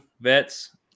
Vets